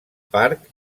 parc